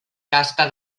casta